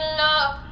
love